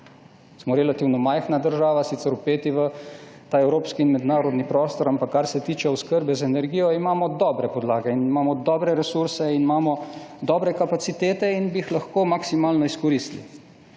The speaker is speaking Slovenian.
Smo relativno majhna država, sicer vpeti v ta evropski in mednarodni prostor, ampak kar se tiče oskrbe z energijo, imamo dobre podlage in imamo dobre resurse in imamo dobre kapacitete in bi jih lahko maksimalno izkoristili.